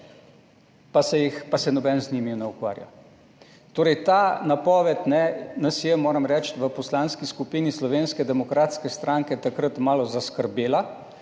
pa se nihče z njimi ne ukvarja. Ta napoved nas je, moram reči, v Poslanski skupini Slovenske demokratske stranke takrat malo zaskrbela,